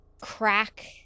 crack